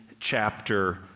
chapter